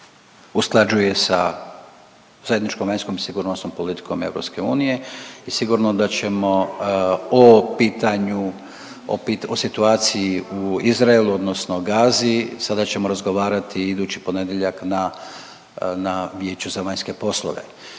usklađuje sa zajedničkom vanjskom sigurnosnom politikom EU i sigurno da ćemo o pitanju, o situaciji u Izraelu odnosno Gazi, sada ćemo razgovarati idući ponedjeljak na, na Vijeću za vanjske poslove.